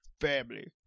family